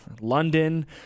London